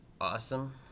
awesome